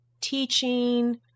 teaching